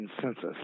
census